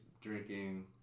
drinking